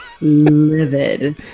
livid